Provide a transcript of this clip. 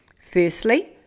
Firstly